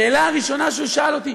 השאלה הראשונה שהוא שאל אותי,